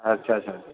अच्छा अच्छा